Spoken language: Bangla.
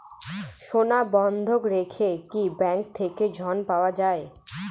সোনা বন্ধক রেখে কি ব্যাংক থেকে ঋণ পাওয়া য়ায়?